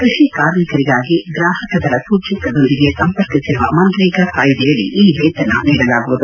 ಕೃಷಿ ಕಾರ್ಮಿಕರಿಗಾಗಿ ಗ್ರಾಹಕ ದರ ಸೂಚ್ಲಂಕದೊಂದಿಗೆ ಸಂಪರ್ಕಿಸಿರುವ ಮನ್ರೇಗಾ ಕಾಯುದೆಯಡಿ ಈ ವೇತನ ನೀಡಲಾಗುವುದು